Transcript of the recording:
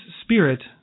spirit